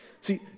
See